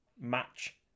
Match